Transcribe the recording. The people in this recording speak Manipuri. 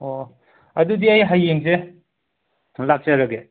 ꯑꯣ ꯑꯣ ꯑꯗꯨꯗꯤ ꯑꯩ ꯍꯌꯦꯡꯁꯦ ꯂꯥꯛꯆꯔꯒꯦ